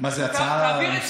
מה זה, הצעה נוספת?